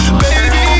baby